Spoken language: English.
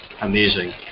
amazing